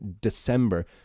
December